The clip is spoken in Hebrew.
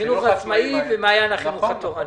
החינוך העצמאי ומעיין החינוך התורני.